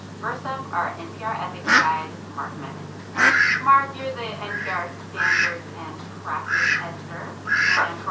first up our npr ethics guide mark memmott mark, you're the npr standards and practice editor and.